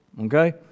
Okay